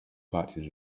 patches